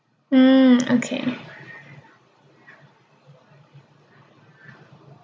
ah okay